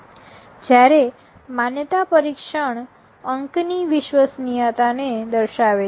જ્યારે માન્યતા પરીક્ષણ અંક ની વિશ્વસનીયતા ને દર્શાવે છે